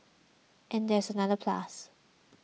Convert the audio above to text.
and there is another plus